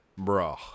Bruh